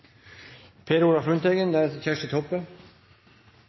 Per Olaf Lundteigen